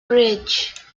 bridge